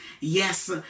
yes